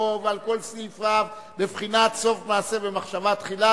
לגופו ועל כל סעיפיו בבחינת סוף מעשה במחשבה תחילה,